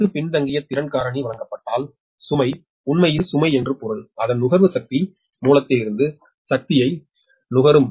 சுமைக்கு பின்தங்கிய திறன் காரணி வழங்கப்பட்டால் சுமை உண்மையில் சுமை என்று பொருள் அதன் நுகர்வு சக்தி மூலத்திலிருந்து சக்தியை நுகரும்